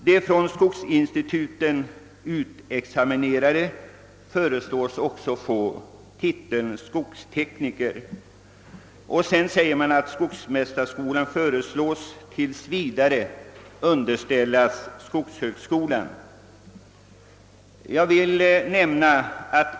De från skogsinstituten examinerade föreslås få titeln skogstekniker. Vidare föreslås att skogsmästarskolan tills vidare skall vara underställd skogshögskolan.